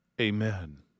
amen